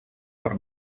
per